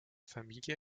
familie